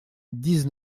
dix